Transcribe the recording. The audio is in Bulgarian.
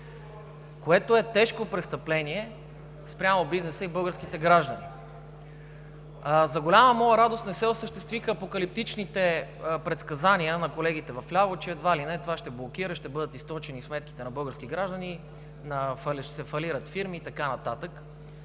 което е тежко престъпление спрямо бизнеса и българските граждани. За голяма моя радост, не се осъществиха апокалиптичните предсказания на колегите вляво, че едва ли не това ще блокира, ще бъдат източени сметките на български граждани, ще се фалират фирми и така нататък.